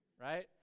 right